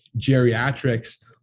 geriatrics